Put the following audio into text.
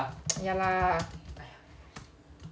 ya lah